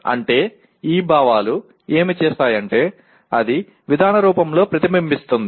అంటే ఈ భావాలు ఏమి చేస్తాయంటే అది విధానం రూపంలో ప్రతిబింబిస్తుంది